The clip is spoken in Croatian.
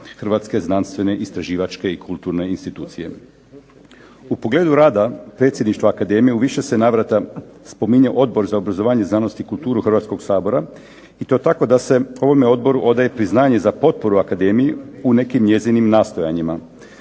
hrvatske znanstvene, istraživačke i kulturne institucije. U pogledu rada predsjedništva akademije u više se navrata spominje Odbor za obrazovanje, znanost i kulturu Hrvatskog sabora i to tako da se ovome odboru odaje priznanje za potporu akademiji u nekim njezinim nastojanjima.